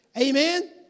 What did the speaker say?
Amen